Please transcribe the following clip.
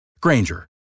Granger